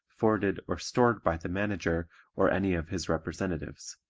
forwarded or stored by the manager or any of his representatives,